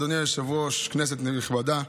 אדוני היושב-ראש, כנסת נכבדה,